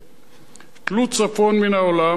טלו צפון מן העולם והיה,